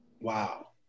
Wow